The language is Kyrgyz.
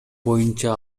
боюнча